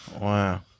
Wow